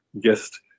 guest